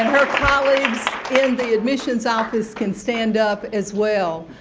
her colleagues in the admissions office can stand up as well.